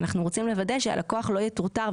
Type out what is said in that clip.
שאנחנו רוצים לוודא שהלקוח לא יטורטר,